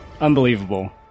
unbelievable